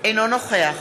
אינו נוכח